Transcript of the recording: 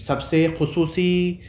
سب سے خصوصی